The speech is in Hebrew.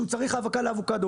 הוא צריך האבקה לאבוקדו,